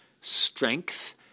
strength